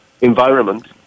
environment